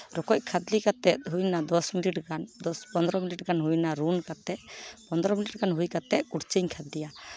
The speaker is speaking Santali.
ᱨᱚᱠᱚᱡ ᱠᱷᱟᱫᱽᱞᱮ ᱠᱟᱛᱮᱫ ᱦᱩᱭᱮᱱᱟ ᱫᱚᱥ ᱢᱤᱱᱤᱴ ᱜᱟᱱ ᱫᱚᱥ ᱯᱚᱱᱨᱚ ᱢᱤᱱᱤᱴ ᱜᱟᱱ ᱦᱩᱭᱮᱱᱟ ᱨᱩᱱ ᱠᱟᱛᱮᱫ ᱯᱚᱱᱨᱚ ᱢᱤᱱᱤᱴ ᱜᱟᱱ ᱦᱩᱭ ᱠᱟᱛᱮᱫ ᱠᱩᱲᱪᱟᱹᱧ ᱠᱷᱟᱫᱽᱞᱮᱭᱟ